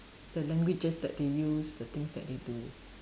the languages that they use the things that they do